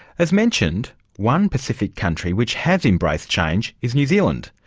as mentioned, one pacific country which has embraced change is new zealand.